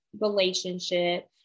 relationship